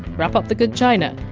wrap up the good china.